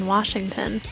Washington